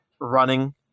running